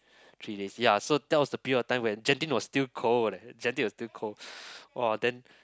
three days ya so that was the period of time when Genting was still cold leh Genting was still cold !woah! then